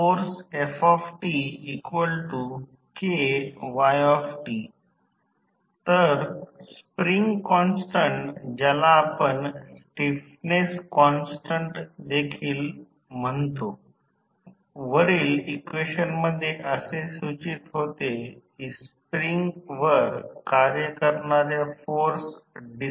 short circuit चाचणी उच्च voltage च्या बाजूला केली जाते कारण जेव्हा आपण शॉर्ट सर्किट टेस्ट करतो तेव्हा उच्च व्होल्टेज च्या बाजूला एकूण व्होल्टेज पैकी 5 ते 8 टक्के गरज असते ज्यामुळे रेटेड प्रवाह किंवा पूर्ण लोड प्रवाह करा